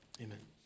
Amen